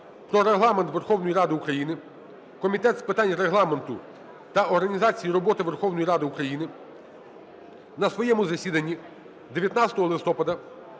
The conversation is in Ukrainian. "Про Регламент Верховної Ради України" Комітет з питань Регламенту та організації роботи Верховної Ради України на своєму засіданні 19 листопада